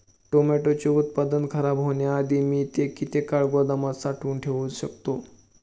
टोमॅटोचे उत्पादन खराब होण्याआधी मी ते किती काळ गोदामात साठवून ठेऊ शकतो?